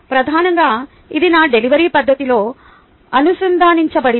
ప్రధానంగా ఇది నా డెలివరీ పద్ధతిలో అనుసంధానించబడింది